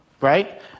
Right